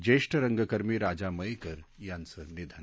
ज्येष्ठ रंगकर्मी राजा मयेकर यांचं निधन